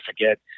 forget